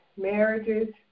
marriages